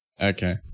Okay